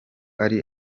ari